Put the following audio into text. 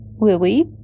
Lily